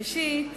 ראשית,